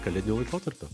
kalėdinio laikotarpio